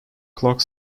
clock